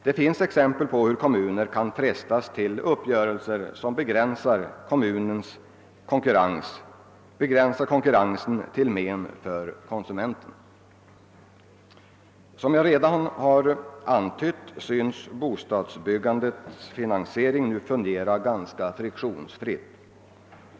Det finns exempel på att kommuner kan frestas till uppgörelser som begränsar konkurrensen till men för konsumenten. Såsom jag redan har antytt synes bostadsbyggandets finansiering nu fungera ganska friktionsfritt.